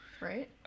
right